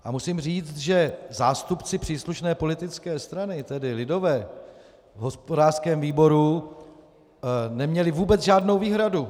A musím říct, že zástupci příslušné politické strany, tedy lidové, v hospodářském výboru neměli vůbec žádnou výhradu.